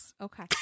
Okay